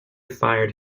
fired